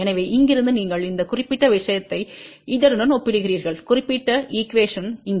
எனவே இங்கிருந்து நீங்கள் இந்த குறிப்பிட்ட விஷயத்தை இதனுடன் ஒப்பிடுகிறீர்கள் குறிப்பிட்ட ஈகுவேஷன்டு இங்கே